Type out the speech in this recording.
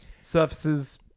Surfaces